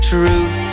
Truth